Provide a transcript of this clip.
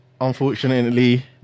unfortunately